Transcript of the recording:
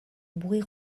bruit